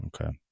Okay